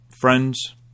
friends